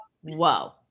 Whoa